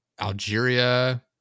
Algeria